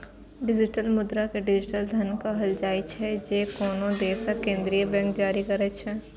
digital मुद्रा कें digital धन कहल जाइ छै, जे कोनो देशक केंद्रीय बैंक जारी करै छै